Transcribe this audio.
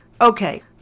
Okay